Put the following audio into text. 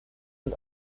und